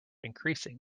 increasing